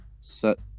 set